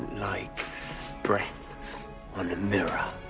like breath on a mirror.